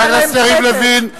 חבר הכנסת יריב לוין,